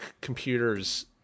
computers